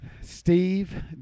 Steve